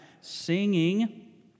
Singing